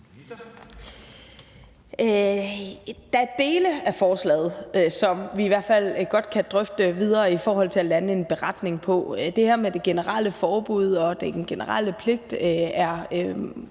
Der er dele af forslaget, som vi i hvert fald godt kan drøfte videre i forhold til at lande en beretning. Det her med det generelle forbud og den generelle pligt er